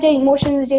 emotions